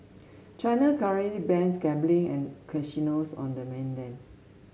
China currently bans gambling and casinos on the mainland